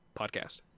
podcast